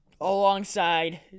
alongside